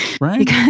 Right